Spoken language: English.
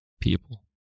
people